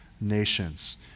nations